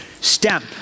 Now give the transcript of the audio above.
Stamp